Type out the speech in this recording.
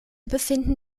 befinden